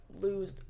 lose